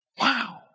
Wow